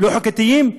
לא חוקתיים,